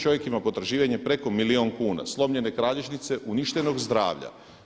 Čovjek ima potraživanje preko milijun kuna, slomljene kralježnice, uništenog zdravlja.